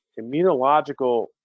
immunological